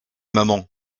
maman